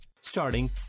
Starting